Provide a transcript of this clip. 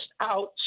out